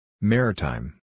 Maritime